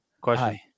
Question